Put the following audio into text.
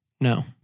No